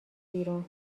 بیرون